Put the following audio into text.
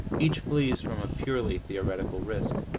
each flees from a purely theoretical risk.